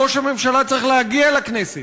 ראש הממשלה צריך להגיע לכנסת,